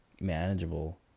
manageable